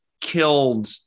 killed